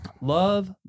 Love